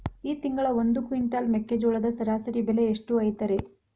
ಈ ತಿಂಗಳ ಒಂದು ಕ್ವಿಂಟಾಲ್ ಮೆಕ್ಕೆಜೋಳದ ಸರಾಸರಿ ಬೆಲೆ ಎಷ್ಟು ಐತರೇ?